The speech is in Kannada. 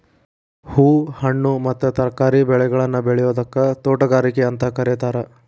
ಹೂ, ಹಣ್ಣು ಮತ್ತ ತರಕಾರಿ ಬೆಳೆಗಳನ್ನ ಬೆಳಿಯೋದಕ್ಕ ತೋಟಗಾರಿಕೆ ಅಂತ ಕರೇತಾರ